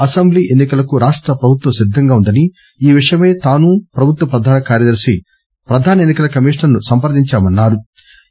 assembly ఎన్సి కలకు రాష్ట ప్రభుత్వ సిద్దంగా ఉందని ఈ విషయమై తాను ప్రభుత్వ ప్రధాన కార్యదర్శి ప్రధాన ఎన్సి కల కమిషనర్ ను సంప్రదించామన్సారు